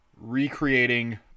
recreating